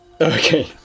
Okay